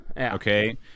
Okay